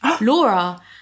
Laura